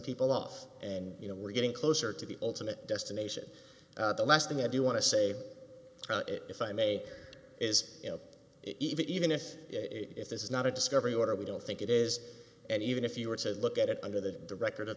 people off and you know we're getting closer to the ultimate destination the last thing i do want to say if i may hear is you know even if it is this is not a discovery order we don't think it is and even if you were to look at it under the the record